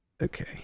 Okay